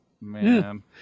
Man